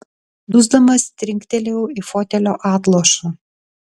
dusdamas trinktelėjau į fotelio atlošą